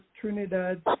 Trinidad